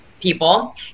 people